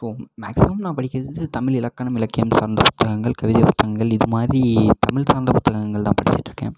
so maximum நான் படிக்கிறது வந்து தமிழ் இலக்கணம் இலக்கியம் சார்ந்த புத்தகங்கள் கவிதை புத்தகங்கள் இதுமாதிரி தமிழ் சார்ந்த புத்தகங்கள் தான் படிச்சிக்கிட்டுருக்கேன்